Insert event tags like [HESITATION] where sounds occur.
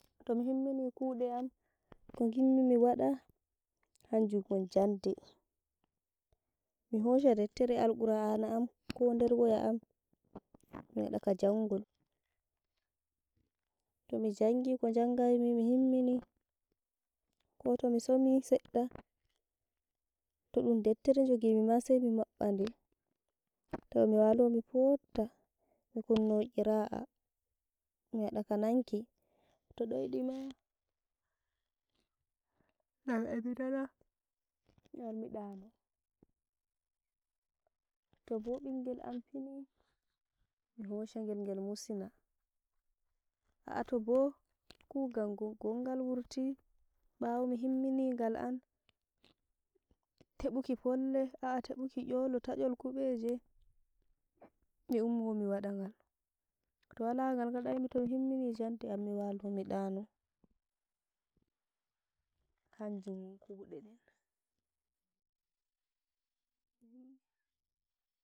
Tomi himmini kuɗe am kogimmi miwaɗa hanjum won jande, mihosha dettere alqur'ani am koder woya am mi waɗaka jangol, tomi jangi ko jangai mii mihimmini kotomi somi sedde todum deptere jogimi maa saimi maɓɓaɗe taw miwalo miofta, mikunno kira'a miwaɗa ninki, to ɗoiɗi [UNINTELLIGIBLE] harmi ɗano tobo ɓingel am fini mi hoshagel ngel musina, a'ah tobo kugal ngongal wurti bawo mihimmini ngal am, teɓuki polle a- a teɓuki nyolo, tanyol kuɓeje mi umm miwaɗa ngal. To wala ngalgaɗaimi muhimmini jande am miwalo miɗano hanjum won kuɗe ɗen [HESITATION]